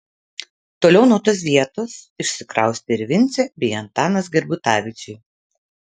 toliau nuo tos vietos išsikraustė ir vincė bei antanas gerbutavičiai